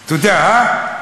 תודה, הא?